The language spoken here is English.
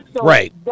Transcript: right